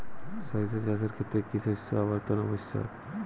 সরিষা চাষের ক্ষেত্রে কি শস্য আবর্তন আবশ্যক?